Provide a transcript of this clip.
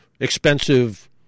expensive